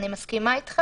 אני מסכימה איתך